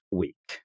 week